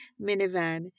minivan